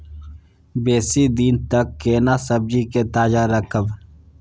बेसी दिन तक केना सब्जी के ताजा रखब?